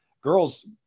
Girls